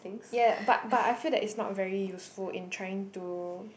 ya ya but but I feel that it's not very useful in trying to